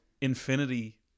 infinity